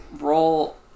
roll